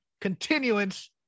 Continuance